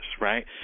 right